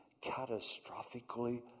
catastrophically